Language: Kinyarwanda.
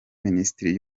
minisiteri